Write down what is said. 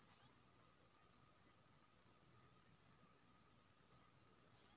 केना फसल मे के खाद आर कतेक मात्रा प्रति कट्ठा देनाय जरूरी छै?